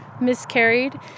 miscarried